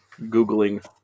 Googling